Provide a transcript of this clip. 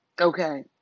okay